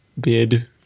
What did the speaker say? bid